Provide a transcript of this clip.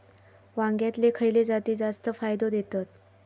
वांग्यातले खयले जाती जास्त फायदो देतत?